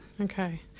Okay